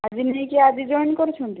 ଆଜି ନେଇକି ଆଜି ଜୋଏନ କରିଛନ୍ତି